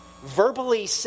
verbally